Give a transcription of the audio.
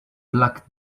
black